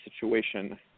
situation